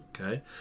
Okay